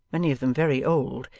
many of them very old,